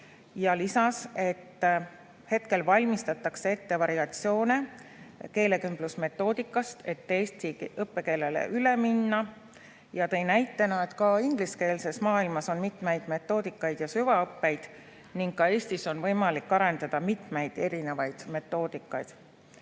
ja lisas, et hetkel valmistatakse ette variatsioone keelekümblusmetoodikast, et eesti õppekeelele üle minna. Ta tõi näitena, et ingliskeelses maailmas on mitmeid metoodikaid ja süvaõppeid ning ka Eestis on võimalik arendada mitmeid erinevaid metoodikaid.